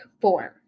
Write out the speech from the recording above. form